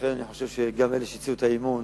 לכן אני חושב שגם אלה שהציעו את האי-אמון,